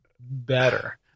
better